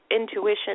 intuition